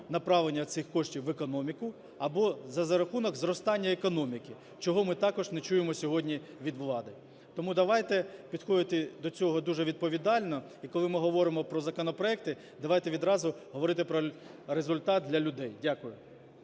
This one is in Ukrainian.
направлення цих коштів в економіку, або за рахунок зростання економіки, чого ми також не чуємо сьогодні від влади. Тому давайте підходити до цього дуже відповідально. І коли ми говоримо про законопроекти, давайте відразу говорити про результат для людей. Дякую.